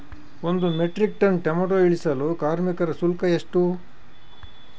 ಒಂದು metric tonne tomato ಇಳಿಸಲು ಕಾರ್ಮಿಕರ ಶುಲ್ಕ ಎಷ್ಟು?